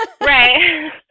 Right